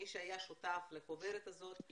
מי שהיה שותף לחוברת הזאת,